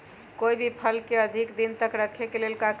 कोई भी फल के अधिक दिन तक रखे के लेल का करी?